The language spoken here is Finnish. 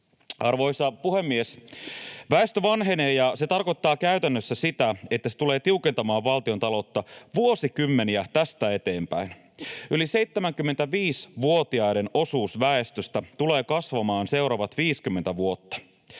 Arvoisa puhemies! Väestö vanhenee, ja se tarkoittaa käytännössä sitä, että se tulee tiukentamaan valtiontaloutta vuosikymmeniä tästä eteenpäin. Yli 75-vuotiaiden osuus väestöstä tulee kasvamaan seuraavat 50 vuotta.